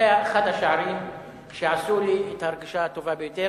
זה אחד השערים שעשה לי את ההרגשה הטובה ביותר,